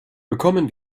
bekommen